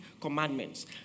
commandments